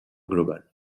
globale